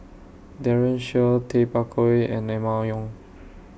Daren Shiau Tay Bak Koi and Emma Yong